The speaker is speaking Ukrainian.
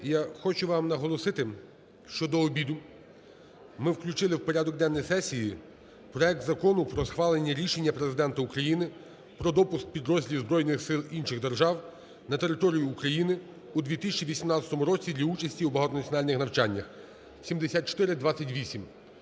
Я хочу вам наголосити, що до обіду ми включили в порядок денний сесії проект Закону про схвалення рішення Президента України про допуск підрозділів збройних сил інших держав на територію України у 2018 році для участі у багатонаціональних навчаннях (7428),